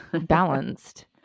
balanced